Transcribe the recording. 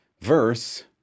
verse